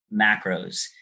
macros